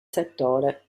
settore